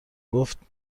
گفتم